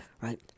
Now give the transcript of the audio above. Right